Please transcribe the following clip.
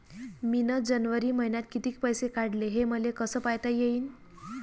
मिन जनवरी मईन्यात कितीक पैसे काढले, हे मले कस पायता येईन?